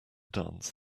dance